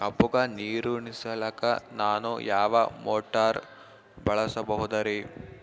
ಕಬ್ಬುಗ ನೀರುಣಿಸಲಕ ನಾನು ಯಾವ ಮೋಟಾರ್ ಬಳಸಬಹುದರಿ?